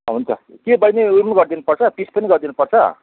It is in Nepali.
हुन्छ के बहिनी उयो नि गरिदिनु पर्छ पिस पनि गरिदिनु पर्छ